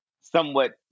somewhat